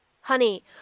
Honey